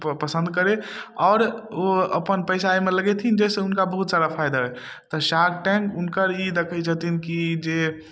पसन्द करय आओर ओ अपन पैसा अइमे लगेथिन जैसँ हुनका बहुत सारा फायदा शार्क टैंक हुनकर ई देखय छथिन की जे